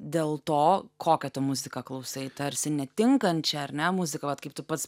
dėl to kokią tu muziką klausai tarsi netinkančią ar ne muziką vat kaip tu pats